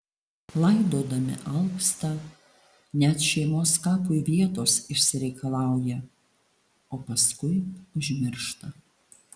laidodami alpsta net šeimos kapui vietos išsireikalauja o paskui užmiršta